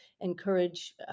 encourage